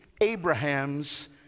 Abraham's